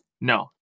No